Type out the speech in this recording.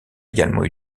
également